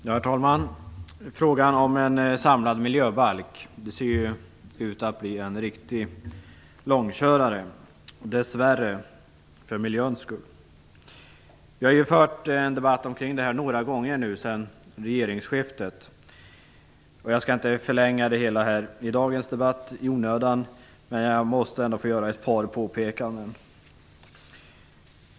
Herr talman! Frågan om en samlad miljöbalk ser ut att bli en riktig långkörare - dess värre med tanke på miljön. Vi har ju fört en debatt om detta några gånger sedan regeringsskiftet. Jag skall inte förlänga dagens debatt i onödan, men jag måste ändå få göra ett par påpekande.